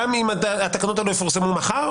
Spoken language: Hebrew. גם אם התקנות האלו יפורסמו מחר,